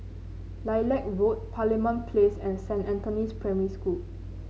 Lilac Road Parliament Place and Saint Anthony's Primary School